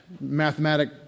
mathematic